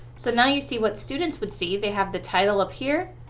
so now you see what students would see. they have the title up here,